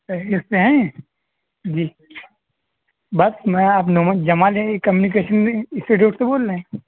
خیریت سے ہیں جی بس میں آپ نعمان جمال ہیں کمیونیکیشن میں انسٹیٹیوٹ سے بول رہے ہیں